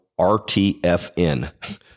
RTFN